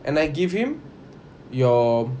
and I give him your